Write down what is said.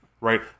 Right